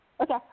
Okay